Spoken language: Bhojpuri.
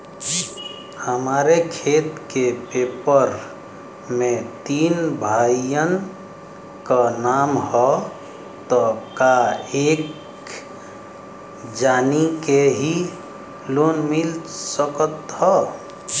हमरे खेत के पेपर मे तीन भाइयन क नाम ह त का एक जानी के ही लोन मिल सकत ह?